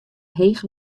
heech